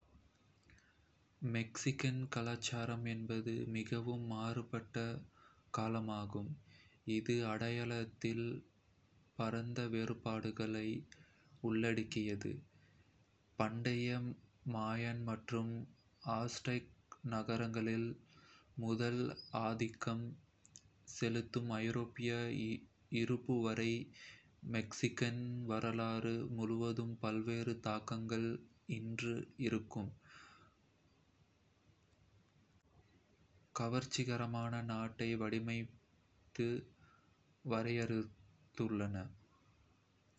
மெக்சிகன் கலாச்சாரம் என்பது மிகவும் மாறுபட்ட களமாகும், இது அடையாளத்தில் பரந்த வேறுபாடுகளை உள்ளடக்கியது. பண்டைய மாயன் மற்றும் ஆஸ்டெக் நாகரிகங்கள் முதல் ஆதிக்கம் செலுத்தும் ஐரோப்பிய இருப்பு வரை மெக்சிகன் வரலாறு முழுவதும் பல்வேறு தாக்கங்கள், இன்று இருக்கும் கவர்ச்சிகரமான நாட்டை வடிவமைத்து வரையறுத்துள்ளன.